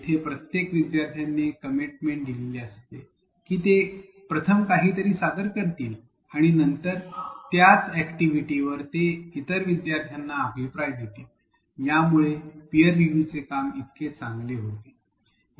येथे प्रत्येक विद्यार्थ्याने कमेंटमेंट दिलेली असते की ते प्रथम काहीतरी सादर करतील आणि नंतर त्याच अॅक्टिव्हिटीवर ते इतर विद्यार्थ्यांना अभिप्राय देतील त्यामुळे पीयर रिव्ह्यूचे काम इतके चांगले होते